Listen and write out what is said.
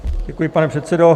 Děkuji, pane předsedo.